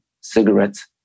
cigarettes